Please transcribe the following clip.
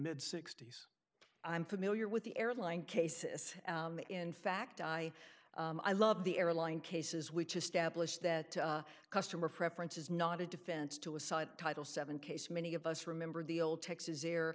mid sixty's i'm familiar with the airline cases in fact i i love the airline cases which establish that customer preference is not a defense to a side title seven case many of us remember the old texas air